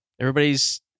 everybody's